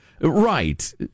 Right